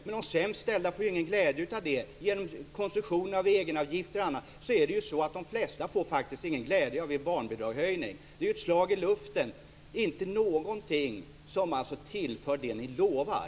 Men de sämst ställda får ju ingen glädje av det. På grund av konstruktionen av egenavgifter och annat får faktiskt de flesta ingen glädje av er barnbidragshöjning. Den är ett slag i luften - inte någonting som tillför det ni lovar.